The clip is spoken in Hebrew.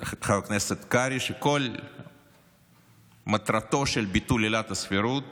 וחבר הכנסת קרעי שכל מטרתו של ביטול עילת הסבירות